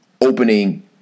opening